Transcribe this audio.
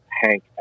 Hank